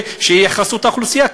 שיכסו את האוכלוסייה.